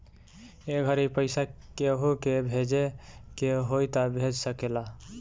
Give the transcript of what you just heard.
ए घड़ी पइसा केहु के भेजे के होई त भेज सकेल